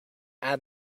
add